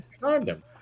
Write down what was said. condom